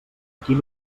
quin